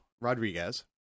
Rodriguez